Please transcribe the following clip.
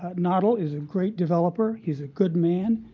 ah noddle is a great developer. he's a good man.